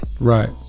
right